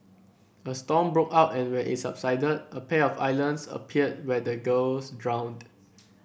a storm broke out and when it subsided a pair of islands appeared where the girls drowned